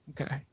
Okay